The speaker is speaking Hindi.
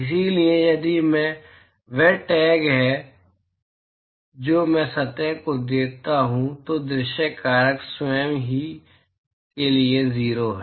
इसलिए यदि मैं वह टैग है जो मैं सतह को देता हूं तो दृश्य कारक स्वयं के लिए 0 है